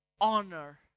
honor